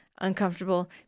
uncomfortable